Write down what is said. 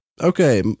Okay